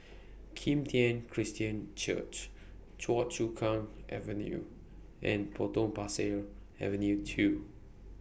Kim Tian Christian Church Choa Chu Kang Avenue and Potong Pasir Avenue two